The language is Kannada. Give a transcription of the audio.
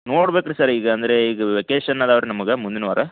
ನೋಡ್ಬೇಕು ರೀ ಸರ್ ಈಗ ಅಂದರೆ ಈಗ ವೆಕೇಷನ್ ಇದಾವ್ ರೀ ನಮ್ಗೆ ಮುಂದಿನ ವಾರ